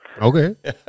Okay